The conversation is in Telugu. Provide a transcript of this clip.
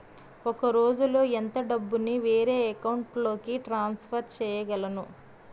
ఒక రోజులో ఎంత డబ్బుని వేరే అకౌంట్ లోకి ట్రాన్సఫర్ చేయగలను?